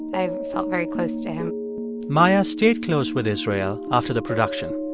i felt very close to him maia stayed close with israel after the production.